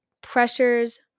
Pressures